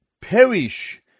perish